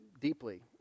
deeply